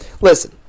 Listen